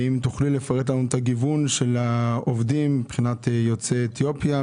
אם תוכלי לפרט לנו את הגיוון של העובדים מבחינת יוצאי אתיופיה,